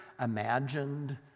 imagined